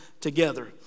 together